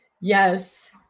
Yes